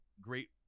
great